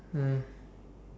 mm